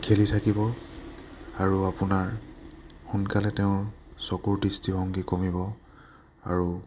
খেলি থাকিব আৰু আপোনাৰ সোনকালে তেওঁৰ চকুৰ দৃষ্টিভংগী কমিব আৰু